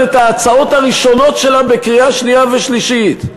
את ההצעות הראשונות שלה בקריאה שנייה ושלישית.